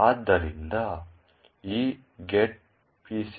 ಆದ್ದರಿಂದ ಈ getpcthunk